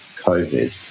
covid